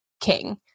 king